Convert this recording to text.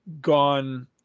gone